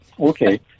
okay